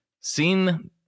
seen